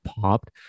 popped